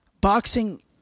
boxing